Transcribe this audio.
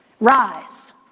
Rise